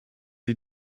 sie